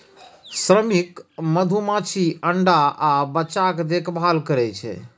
श्रमिक मधुमाछी अंडा आ बच्चाक देखभाल करै छै